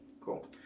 Cool